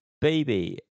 Baby